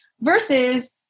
versus